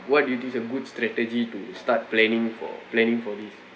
what do you think is a good strategy to start planning for planning for this